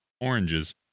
oranges